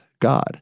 God